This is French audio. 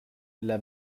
les